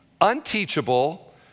unteachable